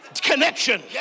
connection